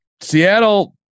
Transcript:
Seattle